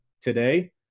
today